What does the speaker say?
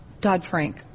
Dodd-Frank